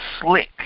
slick